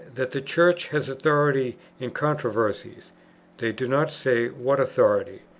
that the church has authority in controversies they do not say what authority.